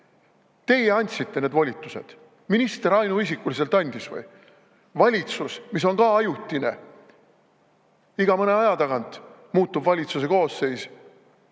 Teie andsite need volitused, minister ainuisikuliselt andis või? Või valitsus, mis on ka ajutine? Iga mõne aja tagant muutub valitsuse koosseis.